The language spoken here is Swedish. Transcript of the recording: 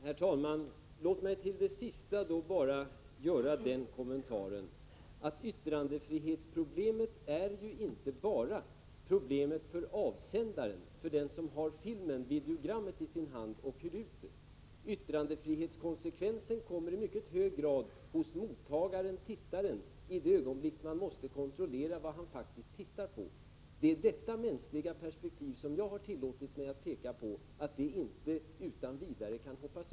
Herr talman! Låt mig till det sista bara göra den kommentaren, att yttrandefrihetsproblemet inte bara är ett problem för avsändaren, för den som har filmen, videogrammet, i sin hand och hyr ut det. Yttrandefrihetskonsekvensen gör sig i mycket hög grad gällande hos mottagaren, tittaren, i det ögonblick man måste kontrollera vad han faktiskt tittar på. Det är detta mänskliga perspektiv som jag har tillåtit mig att påpeka att man inte utan vidare kan hoppa över.